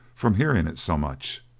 from hearing it so much.